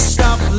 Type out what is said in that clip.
Stop